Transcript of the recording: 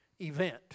event